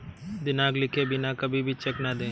दिनांक लिखे बिना कभी भी चेक न दें